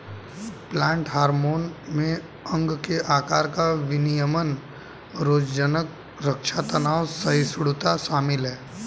plant hormone में अंग के आकार का विनियमन रोगज़नक़ रक्षा तनाव सहिष्णुता शामिल है